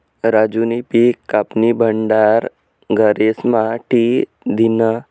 राजूनी पिक कापीन भंडार घरेस्मा ठी दिन्हं